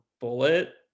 bullet